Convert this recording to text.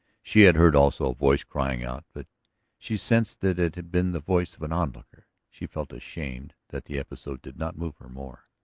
she had heard also a voice crying out, but she sensed that it had been the voice of an onlooker. she felt ashamed that the episode did not move her more.